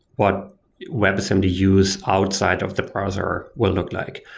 what webassembly use outside of the browser will look like?